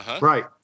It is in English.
Right